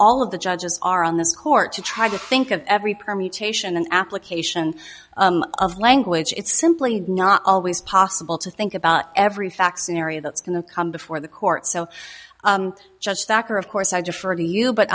all of the judges are on this court to try to think of every permutation and application of language it's simply not always possible to think about every facts an area that's going to come before the court so judge backer of course i differ to you but